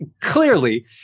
clearly